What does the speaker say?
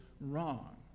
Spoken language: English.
wrong